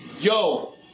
Yo